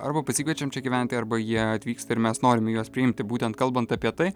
arba pasikviečiam čia gyventi arba jie atvyksta ir mes norime juos priimti būtent kalbant apie tai